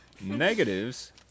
Negatives